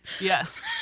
Yes